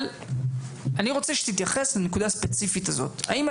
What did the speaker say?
ללא